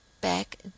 back